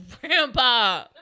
Grandpa